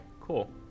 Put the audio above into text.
Cool